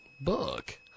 book